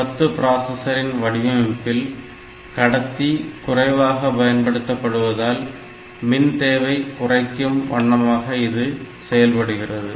ARM10 பிராசஸரின் வடிவமைப்பில் கடத்தி குறைவாக பயன்படுத்தப்படுவதால் மின் தேவையை குறைக்கும் வண்ணமாக இது செயல்படுகிறது